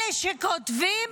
אלה שכותבים